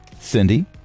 Cindy